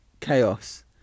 chaos